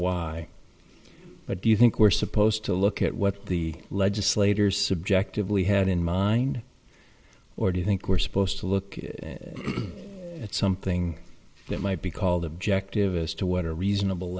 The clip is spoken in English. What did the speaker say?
but do you think we're supposed to look at what the legislators subjectively had in mind or do you think we're supposed to look at something that might be called objective as to what a reasonable